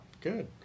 good